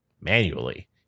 manually